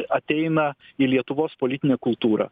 ateina į lietuvos politinę kultūrą